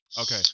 okay